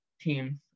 team's